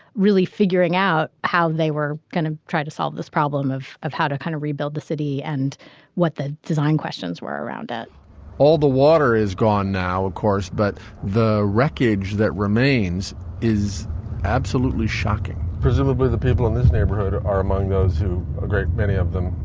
really figuring out how they were going to try to solve this problem of of how to kind of rebuild the city and what the design questions were around that all the water is gone now, of course, but the wreckage that remains is absolutely shocking presumably, the people in this neighborhood are among those who a great many of them,